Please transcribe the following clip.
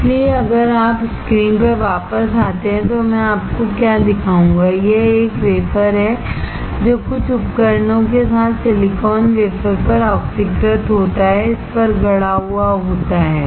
इसलिए अगर आप स्क्रीन पर वापस आते हैं तो मैं आपको क्या दिखाऊंगा यह 1 वेफर है जो कुछ उपकरणों के साथ सिलिकॉन वेफर पर ऑक्सीकृत होता है इस पर गढ़ा हुआ होता है